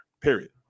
Period